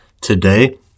Today